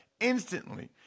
instantly